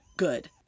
good